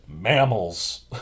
mammals